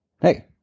Hey